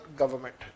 government